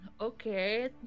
okay